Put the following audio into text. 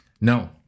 No